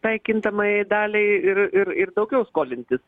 tai kintamajai daliai ir ir ir daugiau skolintis